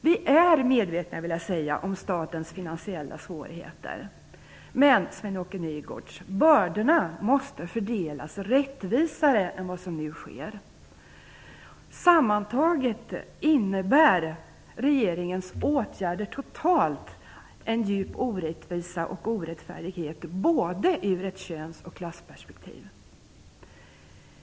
Vi är medvetna om statens finansiella svårigheter men, Sven-Åke Nygårds, bördorna måste fördelas rättvisare än vad som nu sker. Sammantaget innebär regeringens åtgärder en djup orättvisa och orättfärdighet både ur köns och klassperspektiv.